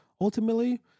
ultimately